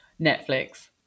Netflix